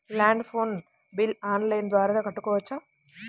Land phone bill online ద్వారా కట్టుకోవచ్చు?